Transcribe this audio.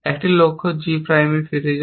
একটি লক্ষ্য G প্রাইমে ফিরে যান